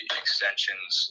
extensions